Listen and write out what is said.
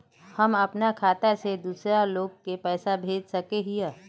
हम अपना खाता से दूसरा लोग के पैसा भेज सके हिये?